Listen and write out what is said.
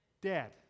dead